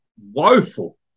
woeful